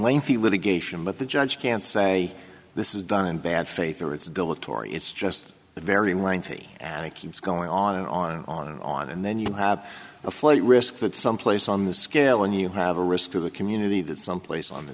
lengthy litigation but the judge can say this is done in bad faith or it's dilatory it's just a very lengthy and it keeps going on and on and on and on and then you have a flight risk that someplace on the scale when you have a risk to the community that someplace on the